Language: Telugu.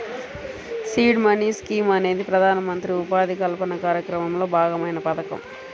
సీడ్ మనీ స్కీమ్ అనేది ప్రధానమంత్రి ఉపాధి కల్పన కార్యక్రమంలో భాగమైన పథకం